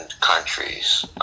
countries